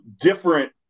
different